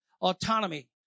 autonomy